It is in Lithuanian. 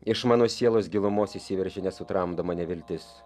iš mano sielos gilumos išsiveržė nesutramdoma neviltis